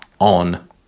on